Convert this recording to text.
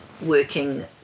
working